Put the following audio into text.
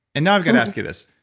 and now i've got to ask you this.